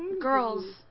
girls